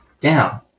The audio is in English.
down